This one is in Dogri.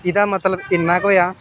जेह्दा मतलब इन्ना गै होआ